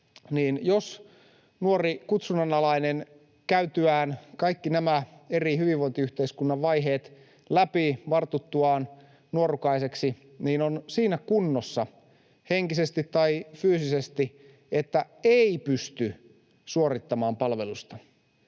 jos nuori kutsunnanalainen käytyään kaikki nämä eri hyvinvointiyhteiskunnan vaiheet läpi ja vartuttuaan nuorukaiseksi on siinä kunnossa henkisesti tai fyysisesti, että ei pysty suorittamaan palvelusta,